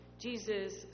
Jesus